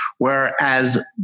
Whereas